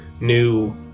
new